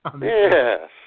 Yes